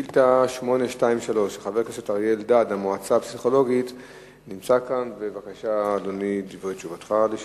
או כמוצרים דיאטטיים כאשר בפועל הללו אינם מוצרים דלי-קלוריות או